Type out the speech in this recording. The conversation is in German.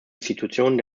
institutionen